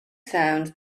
sounds